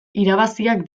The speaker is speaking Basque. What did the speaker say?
irabaziak